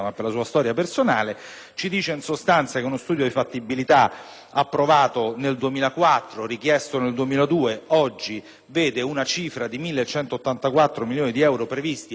a dirci che uno studio di fattibilità, approvato nel 2004, richiesto nel 2002, oggi vede una cifra di 1.184 milioni di euro previsti e mai finanziati;